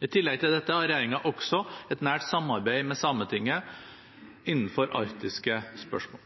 I tillegg til dette har regjeringen også et nært samarbeid med Sametinget innenfor arktiske spørsmål.